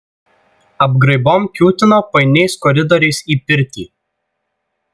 apgraibom kiūtino painiais koridoriais į pirtį